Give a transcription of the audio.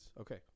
okay